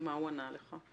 ומה הוא ענה לך?